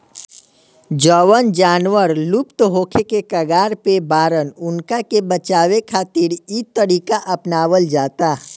जवन जानवर लुप्त होखे के कगार पर बाड़न उनका के बचावे खातिर इ तरीका अपनावल जाता